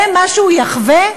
זה מה שהוא יחווה?